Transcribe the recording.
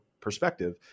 perspective